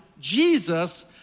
Jesus